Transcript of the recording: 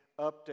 update